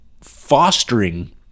fostering